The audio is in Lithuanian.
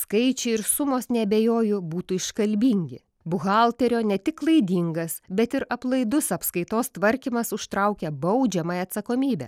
skaičiai ir sumos neabejoju būtų iškalbingi buhalterio ne tik klaidingas bet ir aplaidus apskaitos tvarkymas užtraukia baudžiamąją atsakomybę